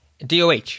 DOH